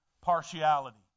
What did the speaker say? partiality